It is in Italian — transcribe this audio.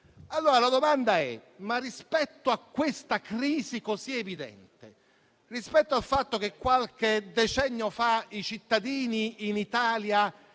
la domanda è: rispetto a questa crisi così evidente e rispetto al fatto che qualche decennio fa i cittadini iscritti